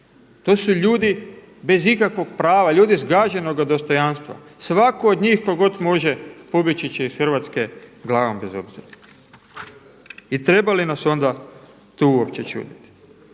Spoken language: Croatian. To su ljudi bez ikakvoga prava, ljudi zgaženoga dostojanstva, svatko od njih tko god može pobjeći će iz Hrvatske glavom bez obzira. I treba li nas onda to uopće čuditi?